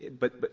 but but